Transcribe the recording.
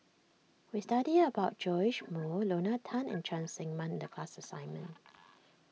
we studied about Joash Moo Lorna Tan and Cheng Tsang Man the class assignment